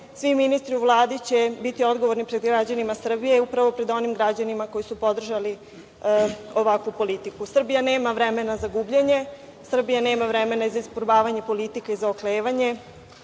svi ministri u Vladi će biti odgovorni pred građanima Srbije, upravo pred onim građanima koji su podržali ovakvu politiku. Srbija nema vremena za gubljenje. Srbija nema vremena za isprobavanje politike i za oklevanje.